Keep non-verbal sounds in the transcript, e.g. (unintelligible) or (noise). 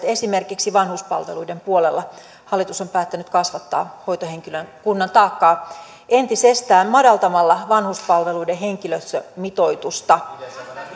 (unintelligible) esimerkiksi vanhuspalveluiden puolella hallitus on päättänyt kasvattaa hoitohenkilökunnan taakkaa entisestään madaltamalla vanhuspalveluiden henkilöstömitoitusta